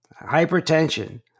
Hypertension